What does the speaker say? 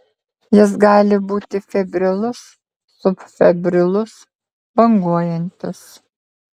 jis gali būti febrilus subfebrilus banguojantis